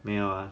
没有 ah